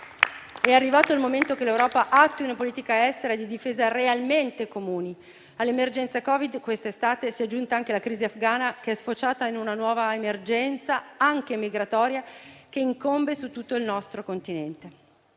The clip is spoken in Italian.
È arrivato il momento che l'Europa attui una politica estera e di difesa realmente comuni. All'emergenza Covid quest'estate si è aggiunta anche la crisi afgana, sfociata in una nuova emergenza, anche migratoria, che incombe su tutto il nostro Continente.